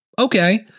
Okay